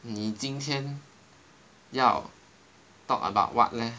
你今天要 talk about what leh